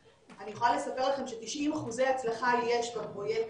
אני יכולה לספר לכם ש-90% הצלחה יש בפרויקט.